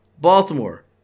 Baltimore